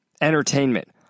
entertainment